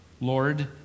Lord